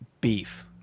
beef